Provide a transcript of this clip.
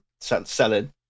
selling